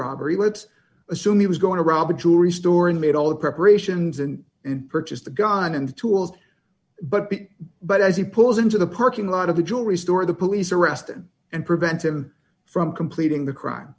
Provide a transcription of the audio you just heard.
robbery let's assume he was going to rob a jewelry store and made all the preparations and and purchased the gun and tools but but as he pulls into the parking lot of the jewelry store the police arrest him and prevent him from completing the crime